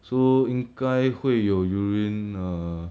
so 应该会有 urine err